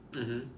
mmhmm